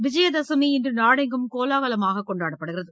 விஜயதசமி இன்று நாடெங்கும் கோலாகலமாக கொண்டாடப்படுகிறது